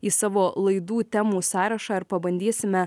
į savo laidų temų sąrašą ar pabandysime